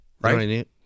Right